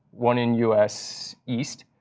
one in us east.